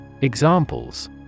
Examples